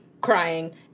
crying